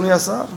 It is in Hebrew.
אדוני השר?